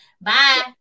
bye